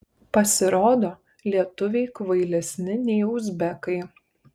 pasirodo lietuviai kvailesni nei uzbekai